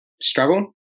struggle